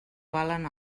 valen